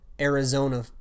arizona